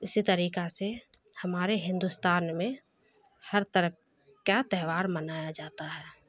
اسی طریقہ سے ہمارے ہندوستان میں ہر طرف کا تہوار منایا جاتا ہے